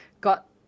got